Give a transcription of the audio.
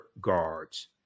guards